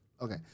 Okay